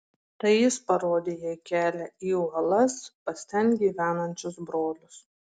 tai jis parodė jai kelią į uolas pas ten gyvenančius brolius